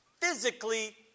physically